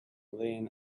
laying